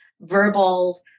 verbal